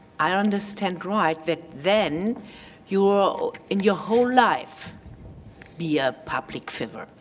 i understand right that then you will in your whole life be a public figure.